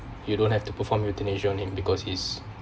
you don't have to perform euthanasia in because he is